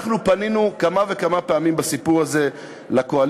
אנחנו פנינו כמה וכמה פעמים עם הסיפור הזה לקואליציה,